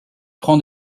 prend